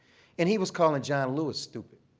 and he was calling john lewis stupid.